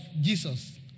Jesus